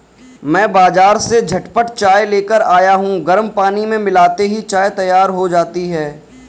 मैं बाजार से झटपट चाय लेकर आया हूं गर्म पानी में मिलाते ही चाय तैयार हो जाती है